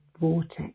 vortex